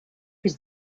his